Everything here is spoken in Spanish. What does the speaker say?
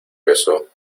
beso